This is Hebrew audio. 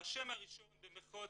האשם הראשון במרכאות,